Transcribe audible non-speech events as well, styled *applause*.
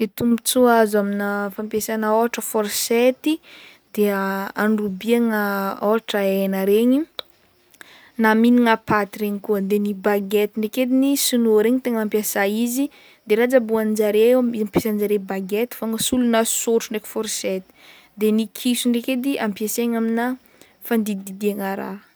Ny tombontsoa azo amina fampiasagna ôhatra forchette i de *hesitation* androbiagna ôhatra hena regny na mihinagna paty regny koa de ny bagety ndraiky ediny sinoa regny tegna mampiasa izy de raha jiaby ihoaninjare m- ampiasanjare bagety fogna solona sôtro ndraiky forchette de ny kiso ndraiky edy ampiasaigny amina fandidididiagna raha.